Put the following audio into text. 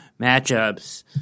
matchups